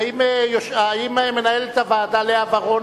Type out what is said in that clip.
האם מנהלת הוועדה לאה ורון